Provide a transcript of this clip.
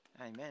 Amen